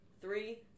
Three